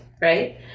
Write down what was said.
right